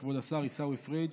כבוד השר עיסאווי פריג',